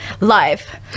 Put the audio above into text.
live